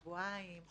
שבועיים,